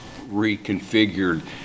reconfigured